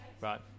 right